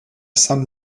sun